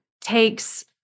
takes